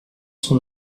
son